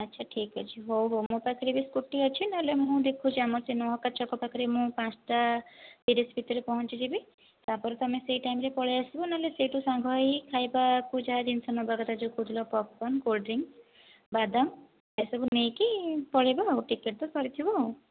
ଆଚ୍ଛା ଠିକ୍ଅଛି ହଉ ହଉ ମୋ ପାଖରେ ବି ସ୍କୁଟି ଅଛି ନହେଲେ ମୁଁ ଦେଖୁଛି ଆମର ସେ ନହକା ଛକ ପାଖରେ ମୁଁ ପାଞ୍ଚଟା ତିରିଶ ଭିତରେ ପହଞ୍ଚିଯିବି ତାପରେ ତୁମେ ସେଇ ଟାଇମ ରେ ପଳାଇଆସିବ ନହେଲେ ସେଇଠୁ ସାଙ୍ଗହେଇ ଖାଇବାକୁ ଯାହା ଜିନିଷ ନେବା କଥା ଯେଉଁ କହୁଥିଲ ପପ୍କର୍ନ୍ କୋଲଡ଼ଡ଼୍ରିଙ୍କ ବାଦାମ ଏ ସବୁ ନେଇକି ପଳାଇବା ଆଉ ଟିକେଟ ତ ସରିଥିବ ଆଉ